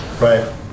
Right